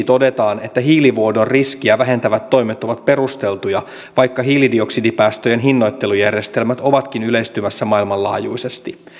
todetaan että hiilivuodon riskiä vähentävät toimet ovat perusteltuja vaikka hiilidioksidipäästöjen hinnoittelujärjestelmät ovatkin yleistymässä maailmanlaajuisesti